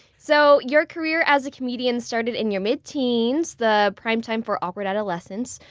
so your career as a comedian started in your mid-teens, the prime time for awkward adolescence.